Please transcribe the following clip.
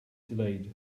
delayed